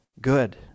good